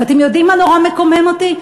ואתם יודעים מה נורא מקומם אותי?